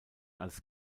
als